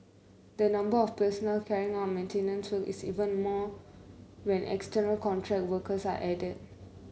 the number of personnel carry out maintenance work is even more when external contract workers are added